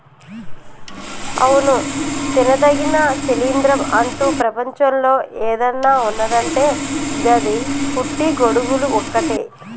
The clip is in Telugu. అవును తినదగిన శిలీంద్రం అంటు ప్రపంచంలో ఏదన్న ఉన్నదంటే గది పుట్టి గొడుగులు ఒక్కటే